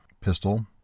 pistol